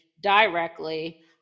directly